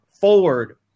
forward